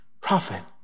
prophet